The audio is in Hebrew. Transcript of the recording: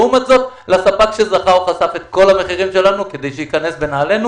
לעומת זאת לספק שזכה הוא חשף את כל המחירים שלנו כדי שייכנס בנעלינו